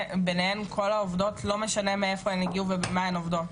וביניהן כל העובדות וזה כלל לא משנה מאיפה הן הגיעו ובמה הן עובדות.